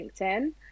LinkedIn